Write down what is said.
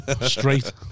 Straight